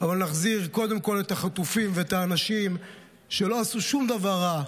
אבל נחזיר קודם כול את החטופים ואת האנשים שלא עשו שום דבר רע,